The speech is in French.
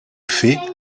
fait